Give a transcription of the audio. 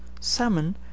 salmon